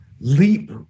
leap